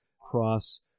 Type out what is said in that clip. cross